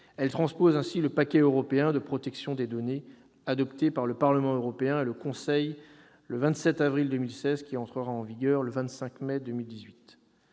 Elles transposent ainsi le « paquet européen de protection des données », adopté par le Parlement européen et le Conseil le 27 avril 2016, qui entrera en vigueur le 25 mai 2018.